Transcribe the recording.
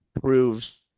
proves